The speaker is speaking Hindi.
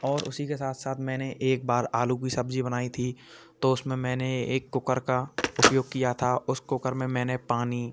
और उसी के साथ साथ मैंने एक बार आलू की सब्ज़ी बनाई थी तो उसमें मैंने एक कुकर का उपयोग किया था उस कूकर में मैंने पानी